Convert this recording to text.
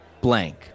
blank